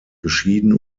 geschieden